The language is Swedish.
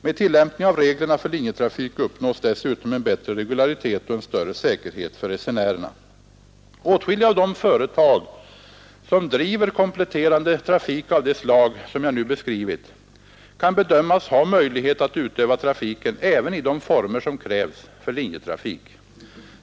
Med tillämpning av reglerna för linjetrafik uppnås dessutom en bättre regularitet och en större säkerhet för resenären. Åtskilliga av de företag som driver kompletterande trafik av de slag som jag nu beskrivit kan bedömas ha möjlighet att utöva trafiken även i de former som krävs för linjetrafik.